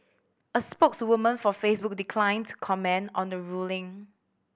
a spokeswoman for Facebook declined to comment on the ruling